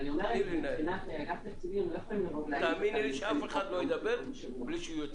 כפי שאנחנו קוראים את זה בשלב הזה,